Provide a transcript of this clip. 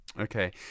Okay